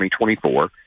2024